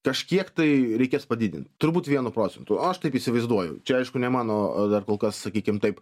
kažkiek tai reikės padidint turbūt vienu procentu o aš taip įsivaizduoju čia aišku ne mano o dar kol kas sakykim taip